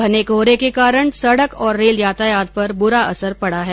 घने कोहरे के कारण सडक और रेल यातायात पर बुरा असर पडा है